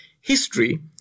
history